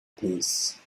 piece